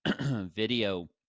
video